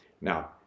now